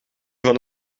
van